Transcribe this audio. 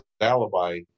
alibi